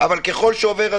אבל ככל שעובר הזמן,